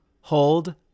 Hold